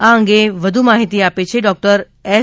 આ અંગે વધુ માહિતી આપે છે ડોક્ટર એસ